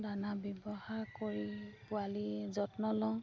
দানা ব্যৱহাৰ কৰি পোৱালি যত্ন লওঁ